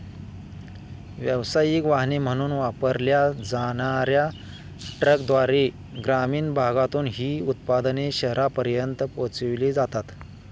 व्यावसायिक वाहने म्हणून वापरल्या जाणार्या ट्रकद्वारे ग्रामीण भागातून ही उत्पादने शहरांपर्यंत पोहोचविली जातात